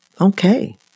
okay